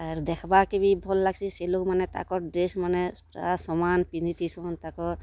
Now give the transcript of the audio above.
ଆର୍ ଦେଖ୍ବାକେ ବି ଭଲ୍ ଲାଗ୍ସି ସେ ଲୋକମାନେ ତାଙ୍କ ଡ଼୍ରେସ୍ ମାନେ ପୁରା ସମାନ୍ ପିନ୍ଧି ଥିସନ୍ ତାଙ୍କର୍